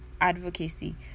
advocacy